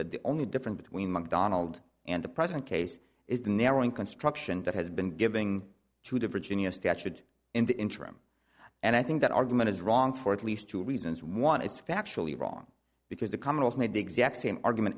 the only difference between mcdonald and the present case is the narrowing construction that has been giving to the virginia statute in the interim and i think that argument is wrong for at least two reasons one is factually wrong because the commonwealth made the exact same argument